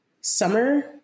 summer